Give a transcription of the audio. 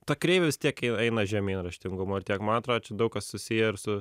ta kreivė vis tiek ein eina žemyn raštingumo ir tiek man atrodo čia daug kas susiję ir su